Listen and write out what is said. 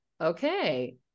okay